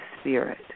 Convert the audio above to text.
Spirit